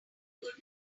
good